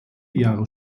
jahre